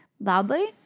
loudly